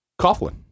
Coughlin